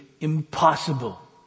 impossible